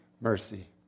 Mercy